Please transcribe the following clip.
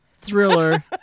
Thriller